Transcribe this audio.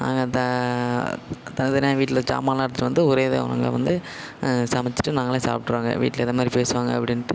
நாங்கள் த தனித்தனியாக வீட்டில் ஜாமானெல்லாம் எடுத்துகிட்டு வந்து ஒரே இதாக நாங்கள் வந்து சமைச்சிட்டு நாங்களே சாப்பிட்ருவாங்க வீட்டில இதுமாதிரி பேசுவாங்க அப்படின்ட்டு